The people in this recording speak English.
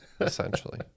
essentially